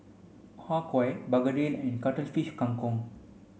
Har Kow Begedil and Cuttlefish Kang Kong